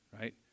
right